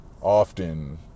often